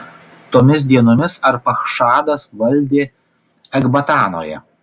tomis dienomis arpachšadas valdė ekbatanoje